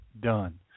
done